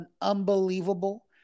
unbelievable